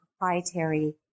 proprietary